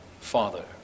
father